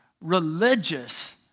religious